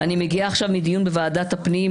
אני מגיעה עכשיו מדיון בוועדת הפנים,